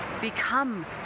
become